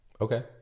Okay